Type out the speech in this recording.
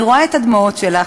אני רואה את הדמעות שלך,